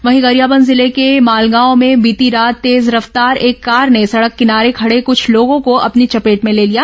वहीं गरियाबंद जिले के मालगांव में बीती रात तेज रफ्तार एक कार ने सड़क किनारे खड़े कुछ लोगों को अपनी चपेट में ले लिया